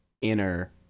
inner